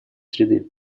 среды